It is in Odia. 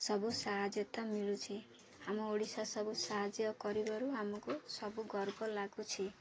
ସବୁ ସାହାଯ୍ୟତା ମିଳୁଛି ଆମ ଓଡ଼ିଶା ସବୁ ସାହାଯ୍ୟ କରିବାରୁ ଆମକୁ ସବୁ ଗର୍ବ ଲାଗୁଛି